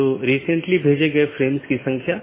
तो 16 बिट के साथ कई ऑटोनॉमस हो सकते हैं